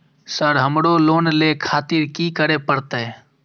Sir हमरो loan ले खातिर की करें परतें?